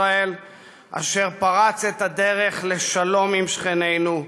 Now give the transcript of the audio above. אשר פרץ את הדרך לשלום עם שכנינו,